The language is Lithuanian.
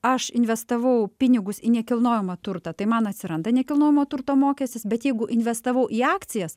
aš investavau pinigus į nekilnojamą turtą tai man atsiranda nekilnojamo turto mokestis bet jeigu investavau į akcijas